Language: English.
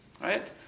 Right